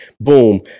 Boom